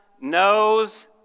knows